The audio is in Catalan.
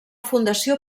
fundació